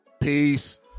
Peace